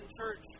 Church